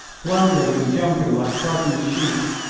blundering and jumping like frightened sheep.